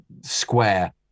square